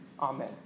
Amen